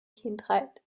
kindheit